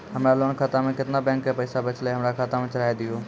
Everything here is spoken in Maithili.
हमरा लोन खाता मे केतना बैंक के पैसा बचलै हमरा खाता मे चढ़ाय दिहो?